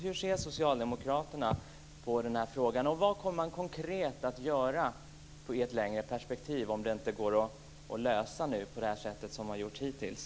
Hur ser Socialdemokraterna på den här frågan? Vad kommer man konkret att göra i ett längre perspektiv, om det nu inte går att lösa på det sätt man försökt med hittills?